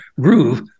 groove